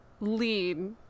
lead